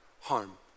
harm